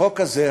החוק הזה,